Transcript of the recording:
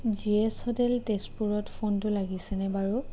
G S hotel তেজপুৰত ফোনটো লাগিছেনে বাৰু